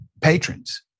patrons